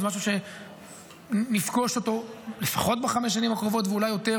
זה משהו שנפגוש אותו לפחות בחמש השנים הקרובות ואולי יותר,